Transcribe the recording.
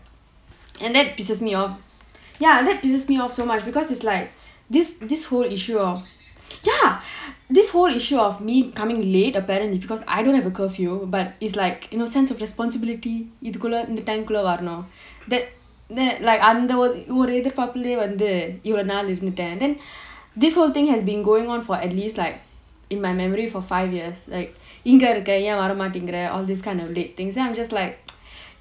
and that pisses me off ya that pisses me off so much because is like this this whole issue of ya this whole issue of me coming late apparently because I don't have a curfew but is like you know sense of responsibility இதுக்குள்ள இந்த:idhukulla intha time குள்ள வரனும் அந்த ஒரு எதிர்பார்ப்புலயே வந்து இவ்ளோ நாள் இருந்துட்டேன்:kulla varanum antha oru ethirpaarpulayae vanthu ivlo naal irunthuttaen then this whole thing has been going on for at least like in my memory for five years like இங்க இருக்க ஏன் வர மாட்டேங்குற:inga irukka yaen vara maattaengura all these kind of late things then I'm just like